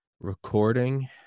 recording